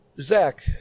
Zach